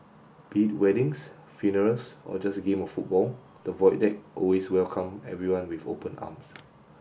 be it weddings funerals or just a game of football the Void Deck always welcome everyone with open arms